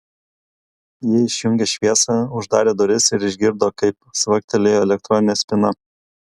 ji išjungė šviesą uždarė duris ir išgirdo kaip cvaktelėjo elektroninė spyna